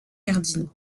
cardinaux